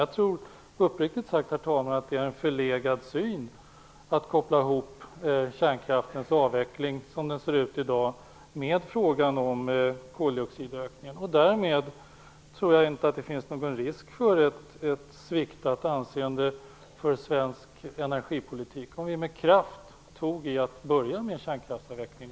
Jag tror uppriktigt sagt att det är en förlegad syn att koppla ihop kärnkraftens avveckling, som den ser ut i dag, med frågan om koldioxidökningen. Därför tror jag inte att det finns någon risk för ett sviktande anseende för svensk energipolitik om vi med kraft tog itu med att börja med kärnkraftsavvecklingen.